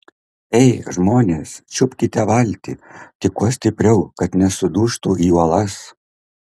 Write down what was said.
ei žmonės čiupkite valtį tik kuo stipriau kad nesudužtų į uolas